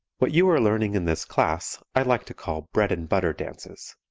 what you are learning in this class i like to call bread and butter dances,